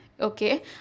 Okay